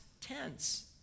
tense